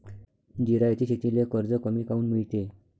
जिरायती शेतीले कर्ज कमी काऊन मिळते?